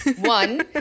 One